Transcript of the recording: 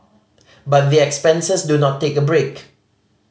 but the expenses do not take a break